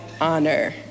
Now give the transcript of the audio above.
honor